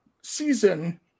season